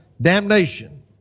damnation